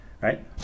right